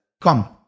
Come